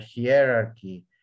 hierarchy